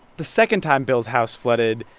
the second time bill's house flooded,